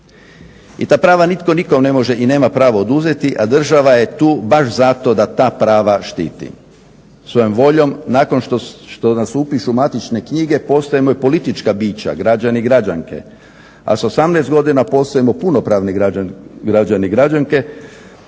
i ta prava nitko nikom ne može i nema pravo oduzeti, a država je tu baš zato da ta prava štiti. Svojom voljom, nakon što nas upišu u matične knjige, postajemo i politička bića, građani i građanke, a s 18 godina postajemo punopravni građani i građanke